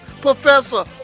Professor